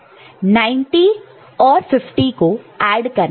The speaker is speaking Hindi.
90 और 50 को ऐड करना है